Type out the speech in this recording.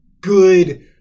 good